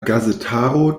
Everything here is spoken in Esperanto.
gazetaro